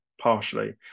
partially